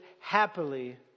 happily